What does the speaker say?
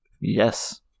Yes